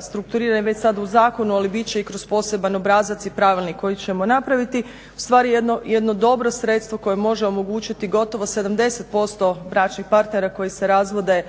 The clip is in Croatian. strukturiran već sad u zakonu ali bit će i kroz poseban obrazac i pravilnik koji ćemo napraviti, ustvari jedno dobro sredstvo koje može omogućiti gotovo 70% bračnih partnera koji se razvode